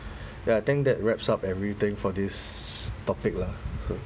ya I think that wraps up everything for this topic lah